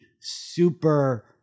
super